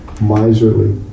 miserly